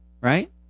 right